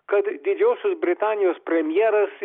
kad didžiosios britanijos premjeras